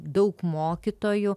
daug mokytojų